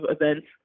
events